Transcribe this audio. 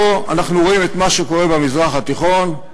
אנחנו רואים את מה שקורה במזרח התיכון,